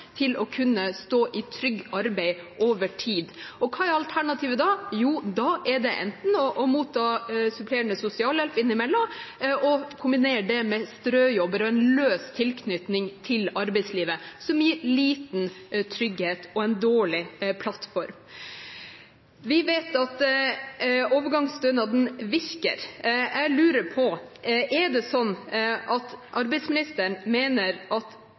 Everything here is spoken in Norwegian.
til å kunne stå i trygt arbeid over tid. Hva er alternativet? Jo, det er å motta supplerende sosialhjelp innimellom og kombinere det med strøjobber – en løs tilknytning til arbeidslivet, som gir liten trygghet og en dårlig plattform. Vi vet at overgangsstønaden virker. Jeg lurer på: Hva er den beste arbeidslinjen? Er det at